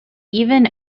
even